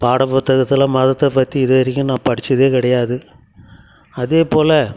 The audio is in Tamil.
பாட புத்தகத்தில் மதத்தை பற்றி இதுவரைக்கும் நான் படிச்சதே கிடையாது அதே போல்